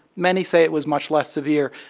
many say it was much less severe.